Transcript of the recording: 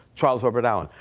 charles herbert allen.